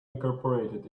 incorporated